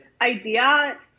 idea